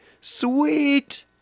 sweet